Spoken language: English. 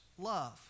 love